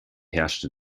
herrschte